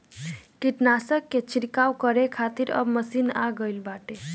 कीटनाशक के छिड़काव करे खातिर अब मशीन आ गईल बाटे